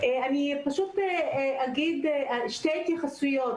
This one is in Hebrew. אני אתן שתי התייחסויות.